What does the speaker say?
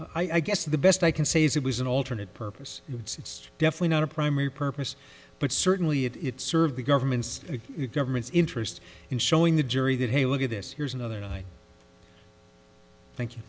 i guess the best i can say is it was an alternate purpose it's definitely not a primary purpose but certainly it it served the government's government's interest in showing the jury that hey look at this here's another night thank you